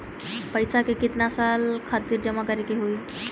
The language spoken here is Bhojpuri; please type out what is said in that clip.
पैसा के कितना साल खातिर जमा करे के होइ?